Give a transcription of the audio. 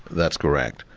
that's correct.